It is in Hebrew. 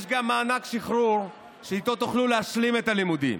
יש גם מענק שחרור שאיתו תוכלו להשלים את הלימודים,